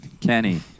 Kenny